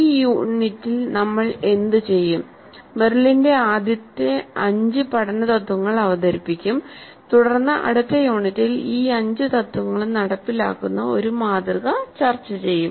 ഈ യൂണിറ്റിൽ നമ്മൾ എന്തുചെയ്യും മെറിലിന്റെ ആദ്യത്തെ അഞ്ച് പഠന തത്ത്വങ്ങൾ അവതരിപ്പിക്കും തുടർന്ന് അടുത്ത യൂണിറ്റിൽ ഈ അഞ്ച് തത്വങ്ങളും നടപ്പിലാക്കുന്ന ഒരു മാതൃക ചർച്ച ചെയ്യുക